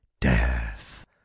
Death